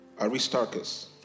Aristarchus